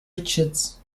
richards